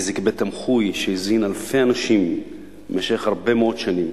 והחזיק בית-תמחוי שהזין אלפי אנשים במשך הרבה מאוד שנים.